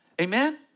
Amen